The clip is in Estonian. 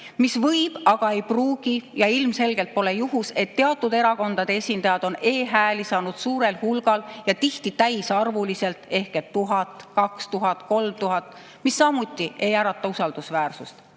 nii olla, aga ei pruugi olla, ja ilmselgelt polegi juhus, et teatud erakondade esindajad on e‑hääli saanud suurel hulgal ja tihti täisarvuliselt ehk 1000, 2000, 3000, mis samuti ei ärata usaldust.